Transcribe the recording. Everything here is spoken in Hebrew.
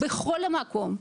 בכל מקום,